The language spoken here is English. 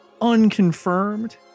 unconfirmed